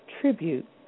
tribute